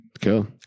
Cool